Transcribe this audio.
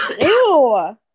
Ew